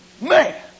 Man